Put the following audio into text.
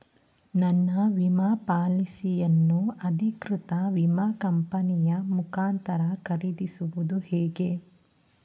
ನನ್ನ ವಿಮಾ ಪಾಲಿಸಿಯನ್ನು ಅಧಿಕೃತ ವಿಮಾ ಕಂಪನಿಯ ಮುಖಾಂತರ ಖರೀದಿಸುವುದು ಹೇಗೆ?